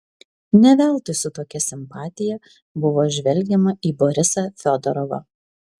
ne veltui su tokia simpatija buvo žvelgiama į borisą fiodorovą